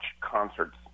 concerts